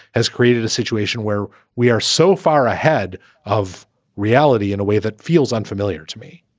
has created a situation where we are so far ahead of reality in a way that feels unfamiliar to me